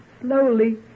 slowly